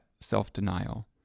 self-denial